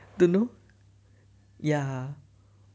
don't know ya